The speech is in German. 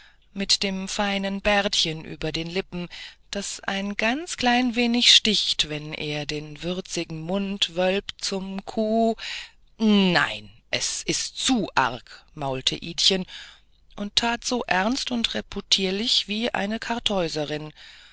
mit dem feinen bärtchen über den lippen das ein ganz klein wenig sticht wenn er den würzigen mund wölbt zum ku nein es ist zu arg maulte idchen und tat so ernst und reputierlich wie eine karthäuserin